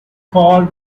called